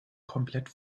komplett